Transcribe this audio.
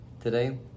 today